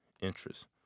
interest